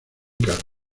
caro